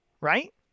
right